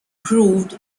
proved